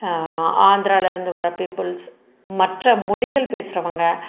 ஆந்திராவில் இருந்து வர பீப்புல்ஸ் மற்ற மொழிகள் பேசுகிறவங்க